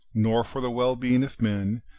nor for the well-being of men,